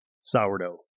Sourdough